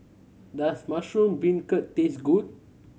does mushroom beancurd taste good